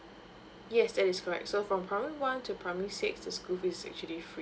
yes that is correct so from primary one to primary six the school fee is actually free